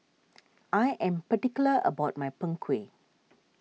I am particular about my Png Kueh